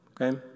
okay